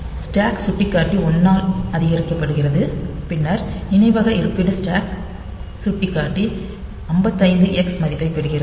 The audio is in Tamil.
ஸ்டாக் சுட்டிக்காட்டி 1 ஆல் அதிகரிக்கப்படுகிறது பின்னர் நினைவக இருப்பிட ஸ்டாக் சுட்டிக்காட்டி 55 x மதிப்பைப் பெறுகிறது